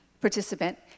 participant